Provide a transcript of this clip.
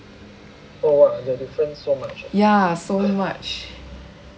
ya so much